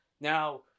Now